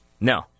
No